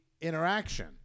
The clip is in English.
interaction